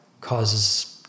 causes